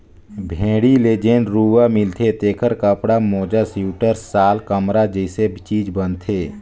भेड़ी ले जेन रूआ मिलथे तेखर कपड़ा, मोजा सिवटर, साल, कमरा जइसे चीज बनथे